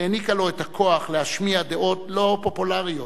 העניקה לו את הכוח להשמיע דעות לא פופולריות,